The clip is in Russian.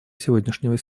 сегодняшнего